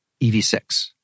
EV6